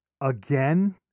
again